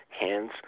hands